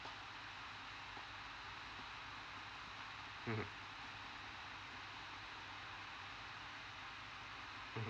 mm